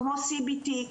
כמו CBT,